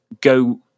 go